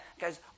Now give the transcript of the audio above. Guys